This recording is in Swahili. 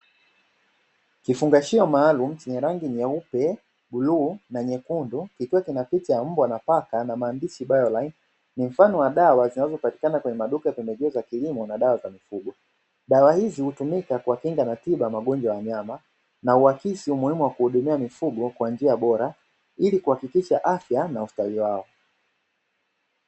Kifungashio maalumu chenye rangi nyeupe, bluu na nyekundu, kikiwa kinapicha ya mbwa na paka na maandishi "bayoline" ni mfano wa dawa zinazopatikana kwenye maduka ya pembejeo za kilimo na dawa za mifugo. Dawa hizi hutumika kwa kinga na tiba ya magonjwa ya nyama, na uhakisi umuhimu wa kuhudumia mifugo kwa njia bora ili kuhakikisha afya na ustawi wao.